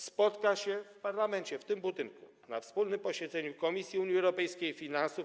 Spotka się w parlamencie, w tym budynku, na wspólnym posiedzeniu Komisji: Unii Europejskiej i Finansów.